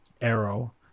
Arrow